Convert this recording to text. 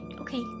Okay